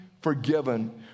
forgiven